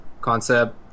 concept